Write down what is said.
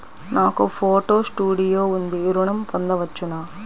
నాకు photo studio ఉంది ఋణం పొంద వచ్చునా?